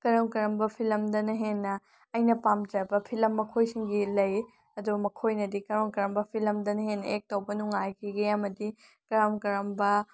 ꯀꯔꯝ ꯀꯔꯝꯕ ꯐꯤꯂꯝꯗꯅ ꯍꯦꯟꯅ ꯑꯩꯅ ꯄꯥꯝꯖꯕ ꯐꯤꯂꯝ ꯃꯈꯣꯏꯁꯤꯡꯒꯤ ꯂꯩ ꯑꯗꯣ ꯃꯈꯣꯏꯅꯗꯤ ꯀꯔꯝ ꯀꯔꯝꯕ ꯐꯤꯂꯝꯗꯅ ꯍꯦꯟꯅ ꯑꯦꯛ ꯇꯧꯕ ꯅꯨꯡꯉꯥꯏꯈꯤꯒꯦ ꯑꯃꯗꯤ ꯀꯔꯝ ꯀꯔꯝꯕ